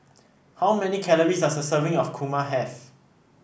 how many calories does a serving of kurma have